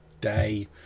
day